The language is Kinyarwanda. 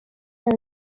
yawe